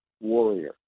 warrior